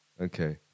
Okay